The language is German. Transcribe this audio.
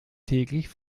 täglich